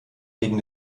gegen